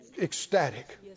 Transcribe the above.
Ecstatic